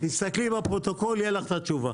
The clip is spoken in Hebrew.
תסתכלי בפרוטוקול יהיה לך את התשובה.